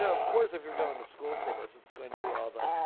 of course, if you're going to school for this, it's going to be all that.